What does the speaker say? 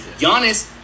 Giannis